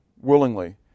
willingly